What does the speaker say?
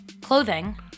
Clothing